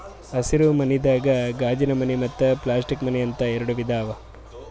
ಹಸಿರ ಮನಿದಾಗ ಗಾಜಿನಮನೆ ಮತ್ತ್ ಪ್ಲಾಸ್ಟಿಕ್ ಮನೆ ಅಂತ್ ಎರಡ ವಿಧಾ ಅವಾ